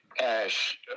ash